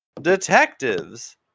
Detectives